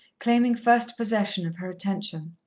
claiming first possession of her attention.